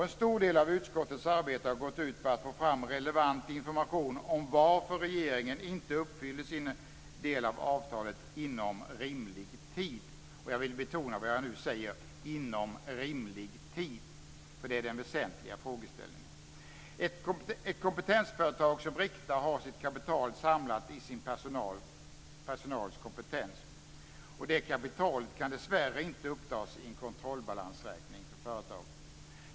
En stor del av utskottets arbete har gått ut på att få fram relevant information om varför regeringen inte uppfyllde sin del av avtalet inom rimlig tid, och jag vill betona vad jag nu säger: inom rimlig tid. Det är den väsentliga frågeställningen. Ett kompetensföretag som Rikta har sitt kapital samlat i sin personals kompetens. Det kapitalet kan dessvärre inte upptas i en kontrollbalansräkning för företaget.